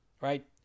right